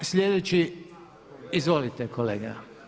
Sljedeći izvolite kolega.